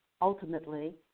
Ultimately